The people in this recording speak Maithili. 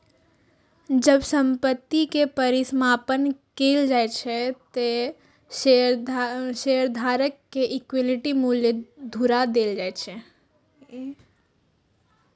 जब संपत्ति के परिसमापन कैल जाइ छै, ते शेयरधारक कें इक्विटी मूल्य घुरा देल जाइ छै